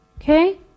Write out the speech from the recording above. okay